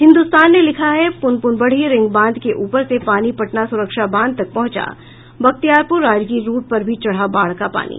हिन्दुस्तान ने लिखा है पुनपुन बढ़ी रिंग बांध के ऊपर से पानी पटना सुरक्षा बांध तक पहुंचा बख्तियारपुर राजगीर रूट पर भी चढ़ा बाढ़ का पानी